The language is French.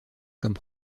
comme